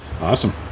Awesome